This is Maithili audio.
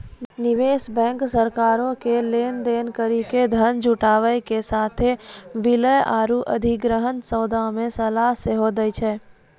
निवेश बैंक सरकारो के लेन देन करि के धन जुटाबै के साथे विलय आरु अधिग्रहण सौदा मे सलाह सेहो दै छै